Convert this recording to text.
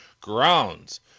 grounds